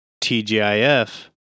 TGIF